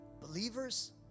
Believers